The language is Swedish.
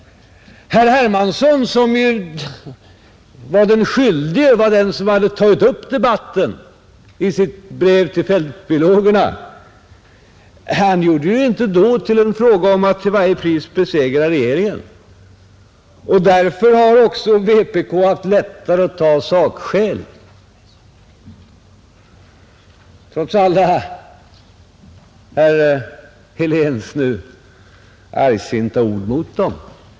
Herr Hermansson, som var den ”skyldige” såsom den som hade tagit upp debatten i sitt brev till fältbiologerna, gjorde det inte till en fråga om att till varje pris besegra regeringen. Därför har också vpk-ledamöterna haft lättare att ta sakskäl trots alla herr Heléns argsinta ord mot dem.